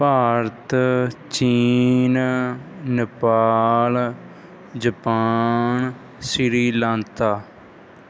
ਭਾਰਤ ਚੀਨ ਨੇਪਾਲ ਜਪਾਨ ਸ਼੍ਰੀ ਲੰਤਾ